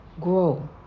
grow